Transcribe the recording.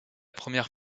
première